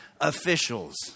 officials